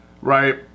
right